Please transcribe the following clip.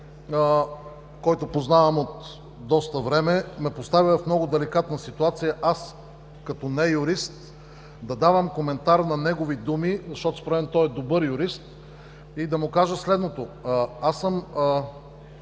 когото познавам от доста време, ме поставя в много деликатна ситуация – като не-юрист да правя коментар на негови думи, според мен той е добър юрист, и да му кажа следното. Само